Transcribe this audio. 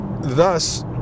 thus